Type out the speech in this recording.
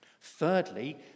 Thirdly